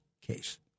case